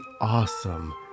awesome